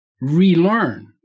relearn